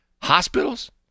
hospitals